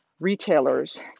retailers